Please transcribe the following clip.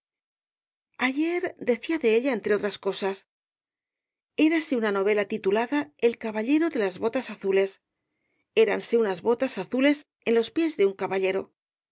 de uno de sus personajes érase una novela titulada el caballero de las botas azides éranse unas botas azules en los pies de un